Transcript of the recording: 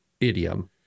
idiom